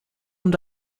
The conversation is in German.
und